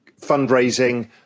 fundraising